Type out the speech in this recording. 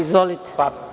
Izvolite.